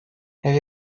have